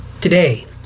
Today